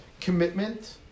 commitment